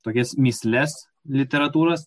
tokias mįsles literatūros